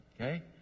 okay